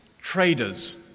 traders